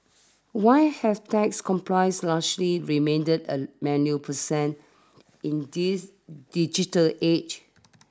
why have tax complies largely remained a manual percent in this digital age